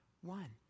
one